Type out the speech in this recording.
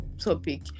topic